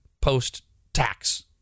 post-tax